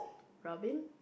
Robin